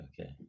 Okay